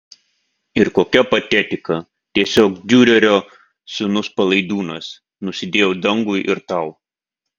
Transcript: ir kokia patetika tiesiog diurerio sūnus palaidūnas nusidėjau dangui ir tau